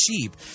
cheap